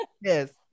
Yes